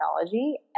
technology